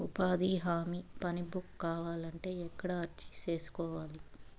ఉపాధి హామీ పని బుక్ కావాలంటే ఎక్కడ అర్జీ సేసుకోవాలి?